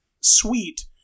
sweet